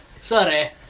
Sorry